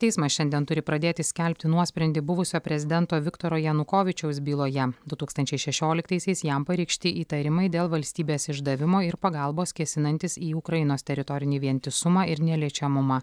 teismas šiandien turi pradėti skelbti nuosprendį buvusio prezidento viktoro janukovyčiaus byloje du tūkstančiai šešioliktaisiais jam pareikšti įtarimai dėl valstybės išdavimo ir pagalbos kėsinantis į ukrainos teritorinį vientisumą ir neliečiamumą